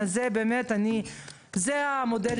זה מקשה